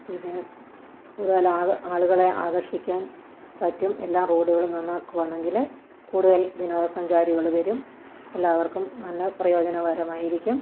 ഇതിനെ കൂടുതൽ ആളു ആളുകളെ ആകർഷിക്കാൻ പറ്റും എല്ലാ റോഡുകളും നന്നാക്കുകയാണെങ്കിൽ കൂടുതൽ വിനോദസഞ്ചാരികൾ വരും എല്ലാവർക്കും നല്ല പ്രയോജനകരമായിരിക്കും